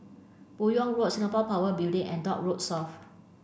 Buyong Road Singapore Power Building and Dock Road South